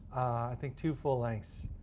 i think two full lengths,